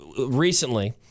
recently